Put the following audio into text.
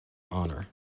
honour